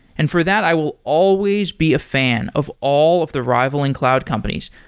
and for that i will always be a fan of all of the rivaling cloud companies,